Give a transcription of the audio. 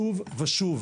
שוב ושוב,